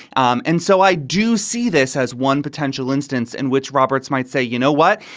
um and so i do see this as one potential instance in which roberts might say, you know what,